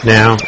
Now